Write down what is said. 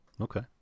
Okay